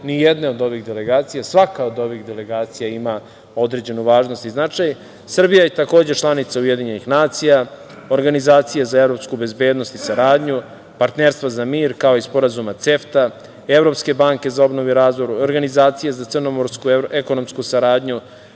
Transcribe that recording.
nijedne od ovih delegacija, svaka od ovih delegacija ima određenu važnost i značaj. Srbija je, takođe, članica Ujedinjenih nacija, Organizacija za evropsku bezbednost i saradnju, Partnerstva za mir, kao i Sporazuma CEFTA, Evropske banke za obnovu i razvoj, Organizacija za crnomorsku ekonomsku saradnju,